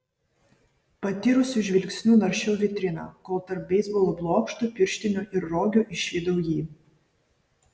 patyrusiu žvilgsniu naršiau vitriną kol tarp beisbolo blokštų pirštinių ir rogių išvydau jį